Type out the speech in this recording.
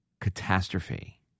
catastrophe